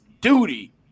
duty